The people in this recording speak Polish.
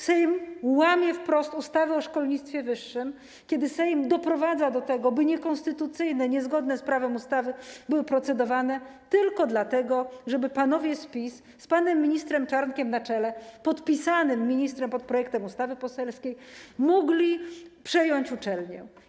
Sejm łamie wprost ustawę o szkolnictwie wyższym, Sejm doprowadza do tego, że niekonstytucyjne, niezgodne z prawem ustawy są procedowane tylko po to, żeby panowie z PiS, z panem ministrem Czarnkiem na czele, ministrem podpisanym pod projektem ustawy poselskiej, mogli przejąć uczelnie.